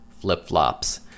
flip-flops